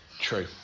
true